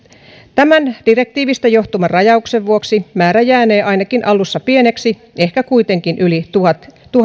tämän direktiivistä johtuvan rajauksen vuoksi määrä jäänee ainakin alussa pieneksi ehkä kuitenkin yli tuhannen hengen